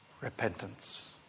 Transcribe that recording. repentance